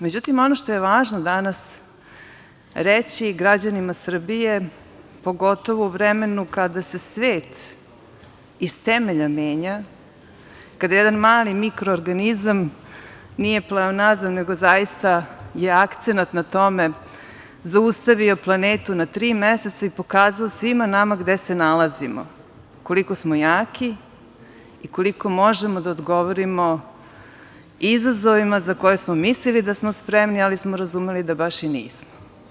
Međutim, ono što je važno danas reći građanima Srbije, pogotovo u vremenu kada se svet iz temelja menja, kada jedan mali mikroorganizam nije pleonazam, nego zaista je akcenat na tome zaustavio planetu na tri meseca i pokazao svima nama gde se nalazimo, koliko smo jaki i koliko možemo da odgovorimo izazovima za koje smo mislili da smo spremni ali smo razumeli da baš i nismo.